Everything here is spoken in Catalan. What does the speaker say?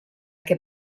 què